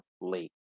Late